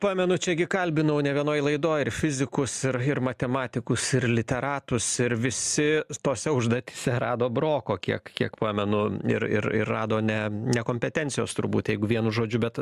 pamenu čia gi kalbinau ne vienoj laidoj ir fizikus ir ir matematikus ir literatus ir visi tose užduotyse rado broko kiek kiek pamenu ir ir ir rado ne nekompetencijos turbūt jeigu vienu žodžiu bet